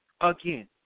again